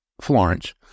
Florence